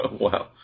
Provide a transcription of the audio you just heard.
Wow